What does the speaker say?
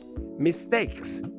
mistakes